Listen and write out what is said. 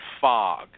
fog